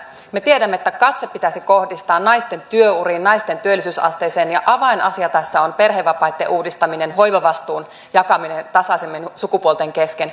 me tiedämme että katse pitäisi kohdistaa naisten työuriin naisten työllisyysasteeseen ja avainasia tässä on perhevapaitten uudistaminen hoivavastuun jakaminen tasaisemmin sukupuolten kesken